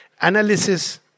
analysis